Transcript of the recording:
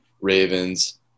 Ravens